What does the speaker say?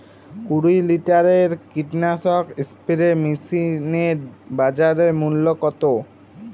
কুরি লিটারের কীটনাশক স্প্রে মেশিনের বাজার মূল্য কতো?